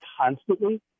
constantly